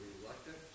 reluctant